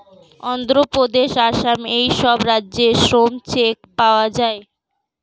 অন্ধ্রপ্রদেশ, আসাম এই সব রাজ্যে শ্রম চেক পাওয়া যায়